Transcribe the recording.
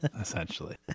essentially